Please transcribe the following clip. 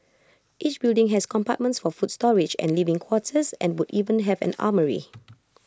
each building has compartments for food storage and living quarters and would even have an armoury